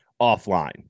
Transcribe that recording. offline